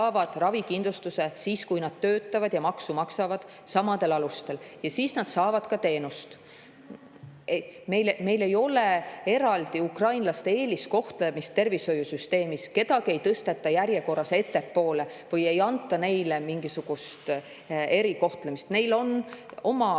ravikindlustuse siis, kui nad töötavad ja maksu maksavad – samadel alustel nad saavad teenust. Meil ei ole eraldi ukrainlaste eeliskohtlemist tervishoiusüsteemis, kedagi ei tõsteta järjekorras ettepoole ega võimaldata üldse mingisugust erikohtlemist. Neil on oma